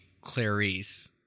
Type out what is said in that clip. Clarice